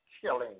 killing